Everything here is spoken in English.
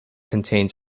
contains